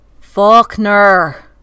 Faulkner